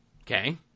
Okay